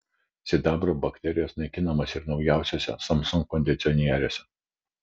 sidabru bakterijos naikinamos ir naujuosiuose samsung kondicionieriuose